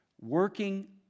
working